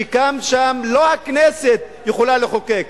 שם לא הכנסת יכולה לחוקק.